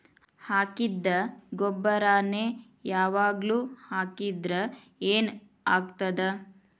ಹಾಕಿದ್ದ ಗೊಬ್ಬರಾನೆ ಯಾವಾಗ್ಲೂ ಹಾಕಿದ್ರ ಏನ್ ಆಗ್ತದ?